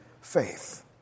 faith